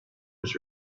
his